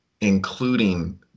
including